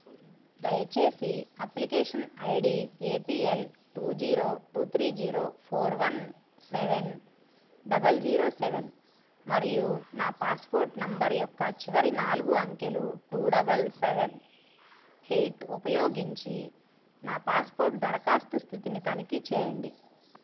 దయచేసి application I D A P L two zero two three zero four one seven double zero seven మరియు నా passport number యొక్క చివరి నాలుగు అంకెలు టూ డబల్ సెవన్ ఎయిట్ ఉపయోగించి నా పాస్పోర్ట్ దరఖాస్తు స్థితిని తనిఖీ చేయండి